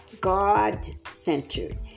God-centered